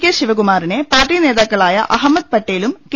K ശിവകുമാറിനെ പാർട്ടി നേതാക്കളായ അഹമ്മദ് പട്ടേലും കെ